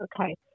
Okay